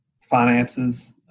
finances